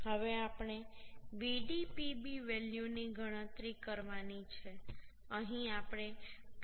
હવે આપણે Vdpb value ની ગણતરી કરવાની છે અહીં આપણે 2